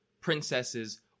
princesses